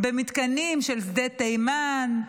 במתקנים של שדה תימן.